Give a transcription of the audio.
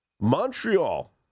Montreal